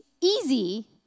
easy